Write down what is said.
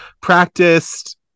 practiced